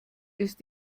ist